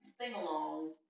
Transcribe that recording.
sing-alongs